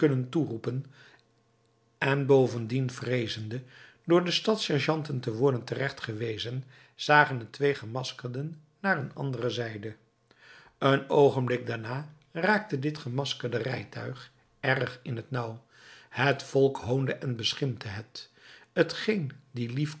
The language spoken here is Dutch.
toeroepen en bovendien vreezende door de stadssergeanten te worden terecht gewezen zagen de twee gemaskerden naar een andere zijde een oogenblik daarna raakte dit gemaskerde rijtuig erg in t nauw het volk hoonde en beschimpte het t geen de